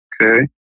Okay